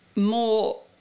More